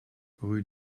rue